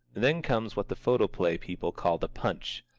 then comes what the photoplay people call the punch.